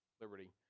liberty